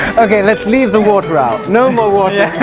okay, let's leave the water out! no more water!